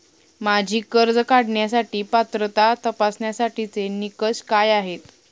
माझी कर्ज काढण्यासाठी पात्रता तपासण्यासाठीचे निकष काय आहेत?